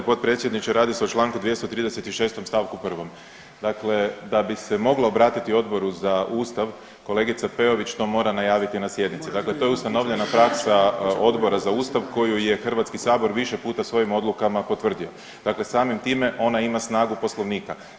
g. potpredsjedniče, radi se o čl. 236. st. 1., dakle da bi se moglo obratiti Odboru za Ustav kolegica Peović to mora najaviti na sjednici, dakle to je ustanovljena praksa Odbora za Ustav koju je HS više puta svojim odlukama potvrdio, dakle samim time ona ima snagu Poslovnika.